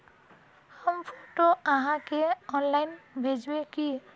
हम फोटो आहाँ के ऑनलाइन भेजबे की?